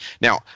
now